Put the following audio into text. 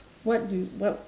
what do you what